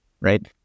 right